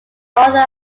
author